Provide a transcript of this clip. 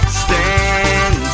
stand